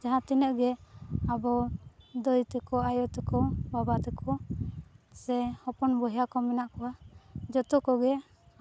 ᱡᱟᱦᱟᱸ ᱛᱤᱱᱟᱹᱜᱼᱜᱮ ᱟᱵᱚ ᱫᱟᱹᱭ ᱛᱮᱠᱚ ᱟᱭᱳ ᱛᱮᱠᱚ ᱵᱟᱵᱟ ᱛᱟᱠᱚ ᱥᱮ ᱦᱚᱯᱚᱱ ᱵᱚᱭᱦᱟ ᱠᱚ ᱢᱮᱱᱟᱜ ᱠᱚᱣᱟ ᱡᱚᱛᱚ ᱠᱚᱜᱮ